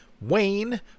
Wayne